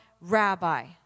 rabbi